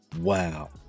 Wow